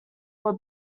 were